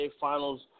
Finals